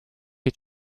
est